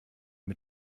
mit